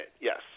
Yes